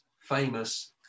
famous